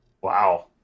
Wow